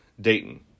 Dayton